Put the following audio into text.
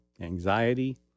anxiety